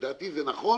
לדעתי זה נכון,